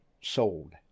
sold